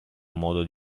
modo